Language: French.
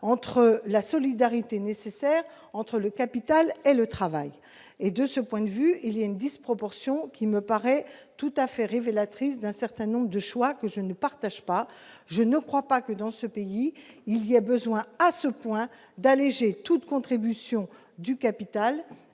entre la solidarité nécessaire entre le capital et le travail et de ce point de vue, il y a une disproportion qui me paraît tout à fait révélatrice d'un certain nombre de choix que je ne partage pas, je ne crois pas que dans ce pays il y a besoin à ce point d'alléger toute contribution du capital